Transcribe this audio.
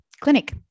clinic